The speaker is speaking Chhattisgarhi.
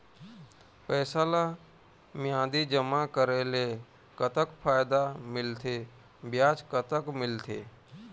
पैसा ला मियादी जमा करेले, कतक फायदा मिलथे, ब्याज कतक मिलथे?